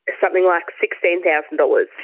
something like sixteen thousand dollars.